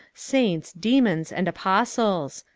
saints, demons, and apostles.